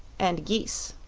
and geese.